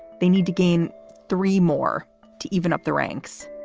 they need to gain three more to even up the ranks